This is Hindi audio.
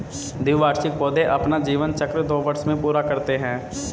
द्विवार्षिक पौधे अपना जीवन चक्र दो वर्ष में पूरा करते है